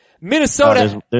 Minnesota